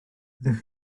ydych